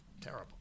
Terrible